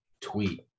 tweet